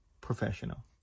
professional